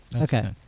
Okay